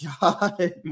God